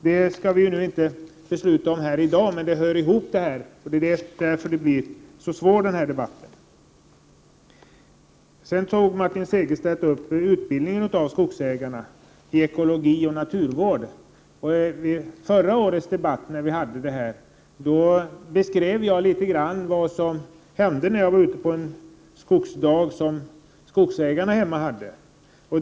Det skall vi nu inte besluta om här i dag, men det hör ihop med det vi nu diskuterar, och det är därför den här debatten blir så svår. Martin Segerstedt berörde också utbildningen av skogsägarna i ekologi och naturvård. I förra årets debatt beskrev jag litet grand vad som hände när jag var ute på en skogsdag som skogsägarna hemma anordnade.